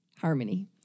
harmony